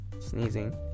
Sneezing